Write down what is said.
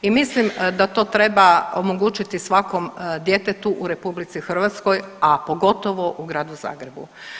I mislim da to treba omogućiti svakom djetetu u RH, a pogotovo u Gradu Zagrebu.